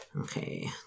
Okay